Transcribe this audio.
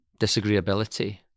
disagreeability